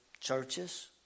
churches